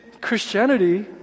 Christianity